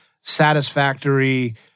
satisfactory